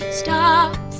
stop